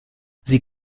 sie